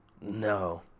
no